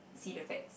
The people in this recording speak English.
see the fact